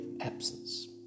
absence